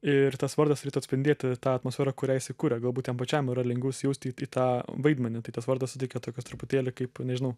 ir tas vardas turėtų atspindėti tą atmosferą kurią jisai kuria galbūt jam pačiam yra lengviau įsijausti į į tą vaidmenį tai tas vardas suteikia tokio truputėlį kaip nežinau